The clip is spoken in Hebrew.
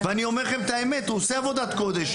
ואני אומר לכם את האמת, הוא עושה עבודת קודש.